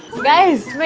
guys,